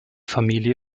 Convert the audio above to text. familie